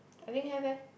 I think have eh